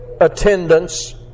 attendance